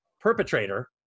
perpetrator